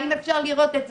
האם אפשר לראות את זה?